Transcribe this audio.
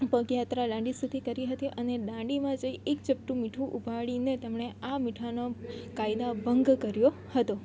પગયાત્રા દાંડી સુધી કરી હતી અને દાંડીમાં જઈ એક ચપટી મીઠું ઉપાળીને તેમણે આ મીઠાના કાયદાભંગ કર્યો હતો